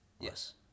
yes